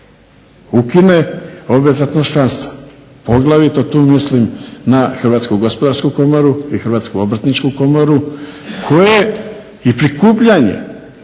ukine obvezatnost članstva. Poglavito tu mislim na Hrvatsku gospodarsku komoru i Hrvatsku obrtničku komoru koje i prikupljanje